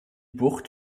bucht